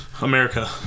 America